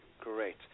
great